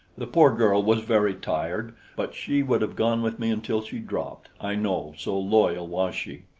the poor girl was very tired but she would have gone with me until she dropped, i know, so loyal was she.